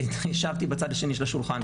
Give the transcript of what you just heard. ישבתי בצד השני של השולחן.